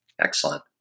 Excellent